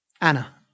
Anna